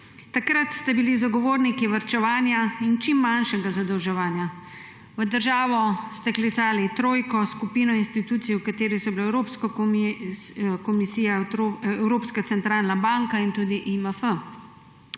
krizi, zagovorniki varčevanja in čim manjšega zadolževanja. V državo ste klicali trojko, skupino institucij, v kateri so bili Evropska komisija, Evropska centralna banka in tudi IMF.